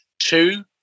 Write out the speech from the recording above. Two